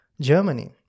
Germany